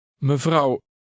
Mevrouw